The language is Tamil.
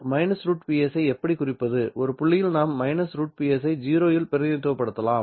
−√Ps ஐ எப்படி குறிப்பது ஒரு புள்ளியால் நாம் −√Ps ஐ 0 இல் பிரதிநிதித்துவப்படுத்தலாம்